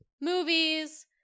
movies